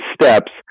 steps